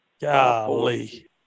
Golly